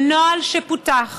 זה נוהל שפותח